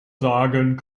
sagen